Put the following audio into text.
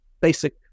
basic